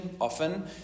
often